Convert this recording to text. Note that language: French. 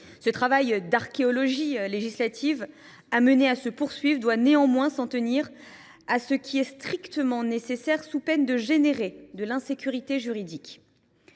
Ce travail d’archéologie législative, amené à se poursuivre, doit néanmoins s’en tenir à ce qui est strictement nécessaire sous peine d’engendrer de l’insécurité juridique.